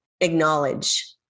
acknowledge